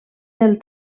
del